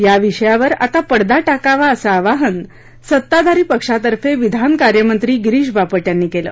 या विषयावर आता पडदा टाकावा असं आवाहन सत्ताधारी पक्षातर्फे विधान कार्यमंत्री गिरीश बापट यांनी केलं